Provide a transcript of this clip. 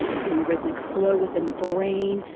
to rhythmic flow within the brain.